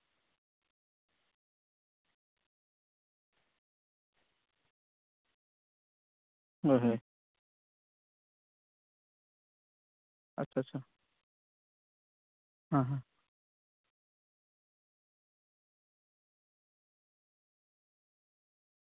ᱦᱳᱭ ᱦᱳᱭ ᱟᱪᱪᱷᱟ ᱟᱪᱪᱷᱟ ᱦᱮᱸ ᱦᱮᱸ